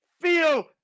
feel